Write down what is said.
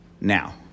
Now